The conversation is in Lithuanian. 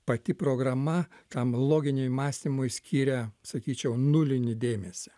pati programa tam loginiui mąstymui skiria sakyčiau nulinį dėmesį